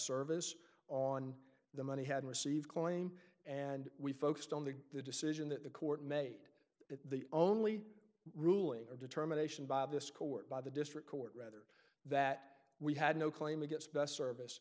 service on the money had received claim and we focused on the the decision that the court made the only ruling our determination by this court by the district court rather that we had no claim against best service